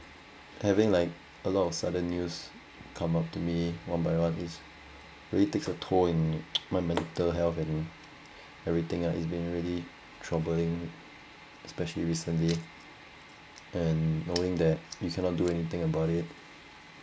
having like a lot of sudden news come up to me one by one is really takes a toll in my mental health and everything ah and it's been really troubling especially recently and knowing that you cannot do anything about it